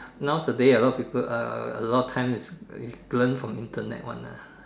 nowadays a lot of people a lot time is learn from Internet one ah